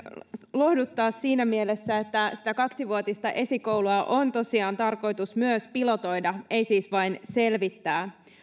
lohduttaa siinä mielessä että sitä kaksivuotista esikoulua on tosiaan tarkoitus myös pilotoida ei siis vain selvittää